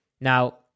Now